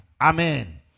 Amen